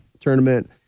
tournament